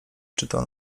czytał